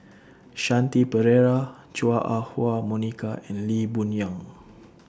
Shanti Pereira Chua Ah Huwa Monica and Lee Boon Yang